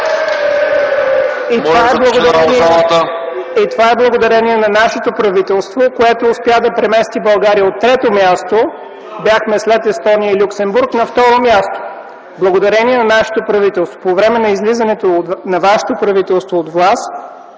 И това е благодарение на нашето правителство, което успя да премести България от трето място, бяхме след Естония и Люксембург, на второ място. По време на излизането на вашето правителство от власт